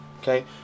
Okay